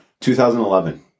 2011